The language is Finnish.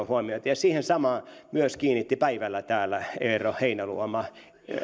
huomiota ja siihen samaan kiinnitti päivällä täällä myös eero heinäluoma